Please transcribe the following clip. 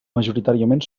majoritàriament